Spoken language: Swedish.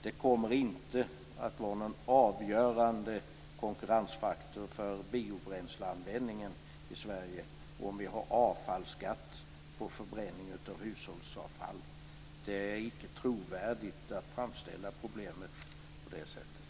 Det kommer inte att vara någon avgörande konkurrensfaktor för biobränsleanvändningen i Sverige om vi har avfallsskatt på förbränning av hushållsavfall. Det är icke trovärdigt att framställa problemet på det sättet.